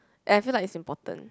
and I feel like it's important